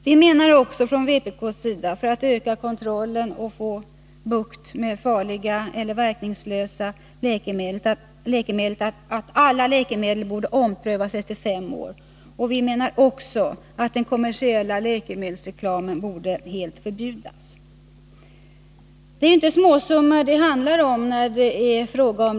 För att öka kontrollen och för att kunna få bukt med farliga eller verkningslösa läkemedel menar vi från vpk:s sida att alla läkemedel borde omprövas efter fem år och den kommersiella läkemedelsreklamen helt förbjudas. Det är inte småsummor det här handlar om.